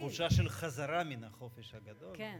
תחושה של חזרה מן החופש הגדול.